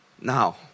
Now